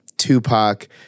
Tupac